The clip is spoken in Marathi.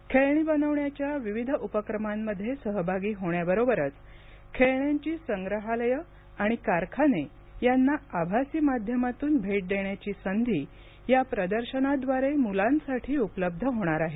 मुलांसाठी खेळणी बनवण्याच्या विविध उपक्रमांमध्ये सहभागी होण्याबरोबरच खेळण्यांची संग्रहालयं आणि कारखाने यांना आभासी माध्यमातून भेट देण्याची संधी या प्रदर्शनाद्वारे उपलब्ध होणार आहे